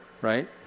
right